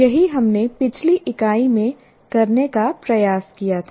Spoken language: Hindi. यही हमने पिछली इकाई में करने का प्रयास किया था